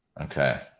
Okay